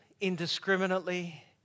indiscriminately